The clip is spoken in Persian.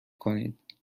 کنید